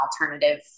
alternative